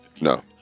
No